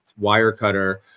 Wirecutter